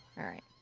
alright.